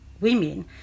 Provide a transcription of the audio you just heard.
women